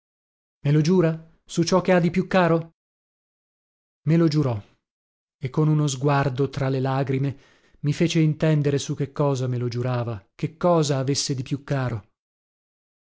me lo giura su ciò che ha di più caro me lo giurò e con uno sguardo tra le lagrime mi fece intendere su che cosa me lo giurava che cosa avesse di più caro